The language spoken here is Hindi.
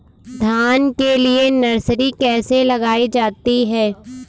धान के लिए नर्सरी कैसे लगाई जाती है?